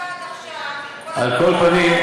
על כל פנים,